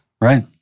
Right